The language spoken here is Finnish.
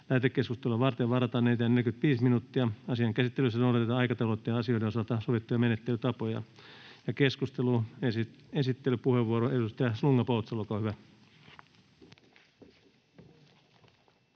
Lähetekeskustelua varten varataan enintään 45 minuuttia. Asian käsittelyssä noudatetaan aikataulutettujen asioiden osalta sovittuja menettelytapoja. — Esittelypuheenvuoro, edustaja Slunga-Poutsalo, olkaa hyvä.